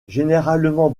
généralement